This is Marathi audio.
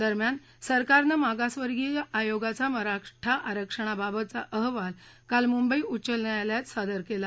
दरम्यान सरकारनव्रिगासवर्गीय आयोगाचा मराठा आरक्षणाबाबतचा अहवाल काल मुद्धि उच्च न्यायालयात सादर केला